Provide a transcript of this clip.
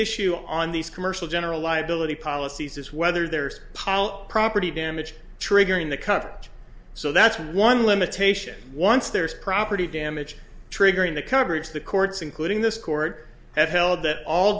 issue on on these commercial general liability policies is whether there's a pall of property damage triggering the coverage so that's one limitation once there's property damage triggering the coverage the courts including this court have held that all